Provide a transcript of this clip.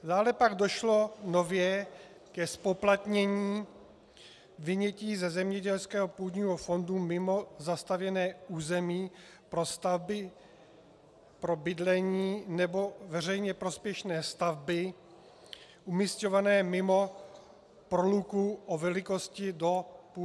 Dále pak došlo nově ke zpoplatnění vynětí ze zemědělského půdního fondu mimo zastavěné území pro stavby pro bydlení nebo veřejně prospěšné stavby umisťované mimo proluku o velikosti do půl hektaru.